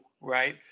right